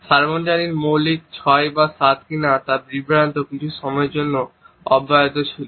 সার্বজনীন মৌলিক আবেগগুলি ছয় বা সাত কিনা তা বিভ্রান্তি কিছু সময়ের জন্য অব্যাহত ছিল